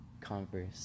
Converse